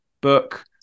book